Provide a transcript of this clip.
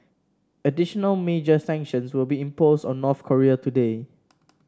additional major sanctions will be imposed on North Korea today